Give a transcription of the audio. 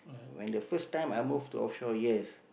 when the first time I move to offshore yes